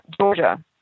Georgia